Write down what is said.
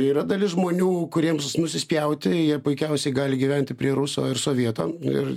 yra dalis žmonių kuriems nusispjauti jie puikiausiai gali gyventi prie ruso ir sovieto ir